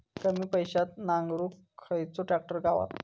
कमी पैशात नांगरुक खयचो ट्रॅक्टर गावात?